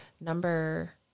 number